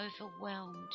overwhelmed